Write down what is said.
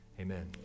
Amen